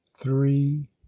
three